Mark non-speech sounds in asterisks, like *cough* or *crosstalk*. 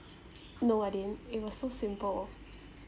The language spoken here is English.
*noise* no I didn't it was so simple